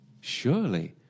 Surely